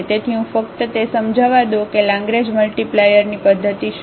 તેથી હું ફક્ત તે સમજાવવા દો કે લાંગરેન્જ મલ્ટીપ્લાયરની પદ્ધતિ શું છે